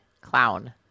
clown